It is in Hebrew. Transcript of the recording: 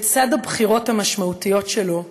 לצד הבחירות המשמעותיות שלו,